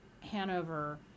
Hanover